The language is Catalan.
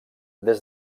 des